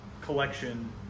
collection